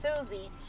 Susie